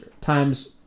times